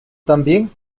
también